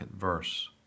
verse